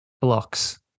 blocks